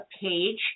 page